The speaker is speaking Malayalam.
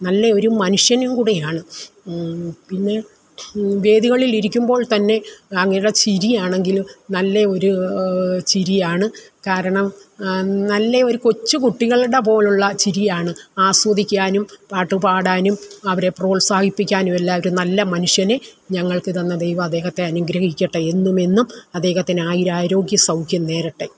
നല്ല ഒരു മനുഷ്യനും കൂടെയാണ് പിന്നെ വേദികളിലിരിക്കുമ്പോൾത്തന്നെ അങ്ങേരുടെ ചിരിയാണെങ്കിലും നല്ല ഒരു ചിരിയാണ് കാരണം നല്ല ഒരു കൊച്ചുകുട്ടികളുടെ പോലുള്ള ചിരിയാണ് ആസ്വദിക്കാനും പാട്ടുപാടാനും അവരെ പ്രോത്സാഹിപ്പിക്കാനുമെല്ലാമായിട്ട് നല്ല മനുഷ്യനെ ഞങ്ങൾക്ക് തന്ന ദൈവം അദ്ദേഹത്തെ അനുഗ്രഹിക്കട്ടെ എന്നുമെന്നും അദ്ദേഹത്തിനായിരാരോഗ്യ സൗഖ്യം നേരട്ടെ